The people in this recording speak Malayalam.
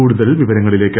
കൂടുതൽ വിവരങ്ങളില്ലേക്ക്